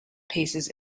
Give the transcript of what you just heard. paces